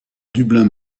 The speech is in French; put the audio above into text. dublin